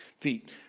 feet